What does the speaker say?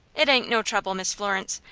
it ain't no trouble, miss florence.